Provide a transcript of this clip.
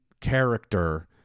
character